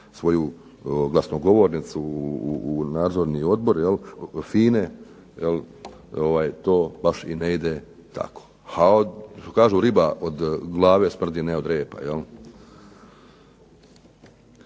svoju glasnogovornicu u nadzorni odbor FINA-e to baš i ne ide tako. Kažu riba od glave smrti ne od repa.